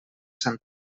sant